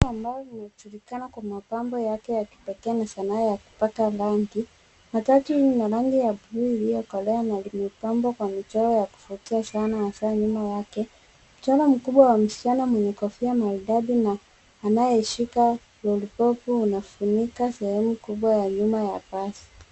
Matatu ambayo inajulikana kwa mapambo ya kipekee na sanaa ya kupaka rangi. Matatu hii inarangi ya blue iliyokolea na limepambwa kwa michoro ya kuvutia sana, hasa nyuma wake. Mchoro mkubwa wa msichana mwenye kofia maridadi na anayeshika lolipopu unafunika sehemu kubwa ya nyuma ya matatu.